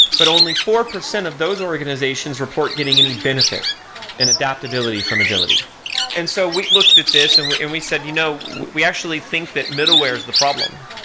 but only four percent of those organizations report getting any benefit and adaptability from agility and so we looked at this and we and we said, you know we actually think that middleware is the problem.